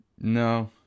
No